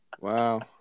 Wow